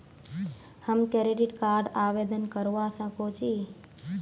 हम credit card आवेदन करवा संकोची?